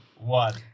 one